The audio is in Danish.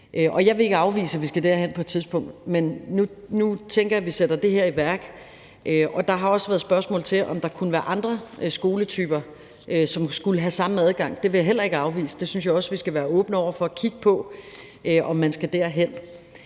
jeg vil ikke afvise, at vi skal derhen på et tidspunkt, men nu tænker jeg, at vi sætter det her i værk. Der har også været spørgsmål om, om der kunne være andre skoletyper, som skulle have samme adgang. Det vil jeg heller ikke afvise. Det synes jeg også vi skal være åbne over for at kigge på, altså om man skal derhen.